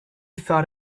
thought